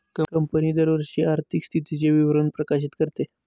company दरवर्षी आर्थिक स्थितीचे विवरण प्रकाशित करते